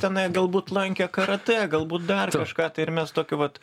tenais galbūt lankė karatė galbūt dar kažką tai ir mes tokiu vat